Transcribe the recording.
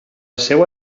seua